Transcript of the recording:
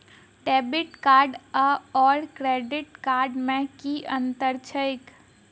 Debit card आओर credit card मे की अन्तर छैक?